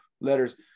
letters